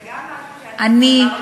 זה גם משהו שאמרנו,